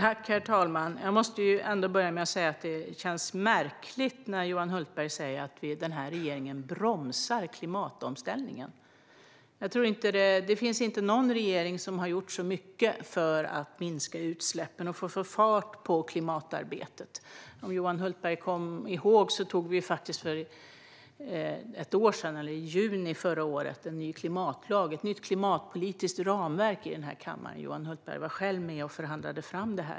Herr talman! Jag måste säga att det känns märkligt när Johan Hultberg säger att den här regeringen bromsar klimatomställningen. Jag tror inte att det finns någon regering som har gjort så mycket för att minska utsläppen och få fart på klimatarbetet. Johan Hultberg kanske kommer ihåg att vi i juni förra året tog fram en ny klimatlag, ett nytt klimatpolitiskt ramverk, i den här kammaren. Johan Hultberg var själv med och förhandlade fram detta.